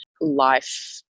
life